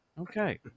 Okay